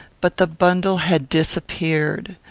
but the bundle had disappeared.